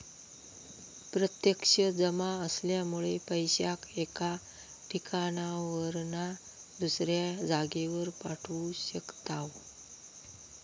प्रत्यक्ष जमा असल्यामुळे पैशाक एका ठिकाणावरना दुसऱ्या जागेर पाठवू शकताव